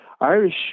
Irish